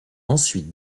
ensuite